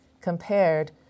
compared